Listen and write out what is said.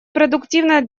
продуктивно